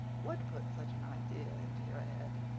what put such an idea into your head?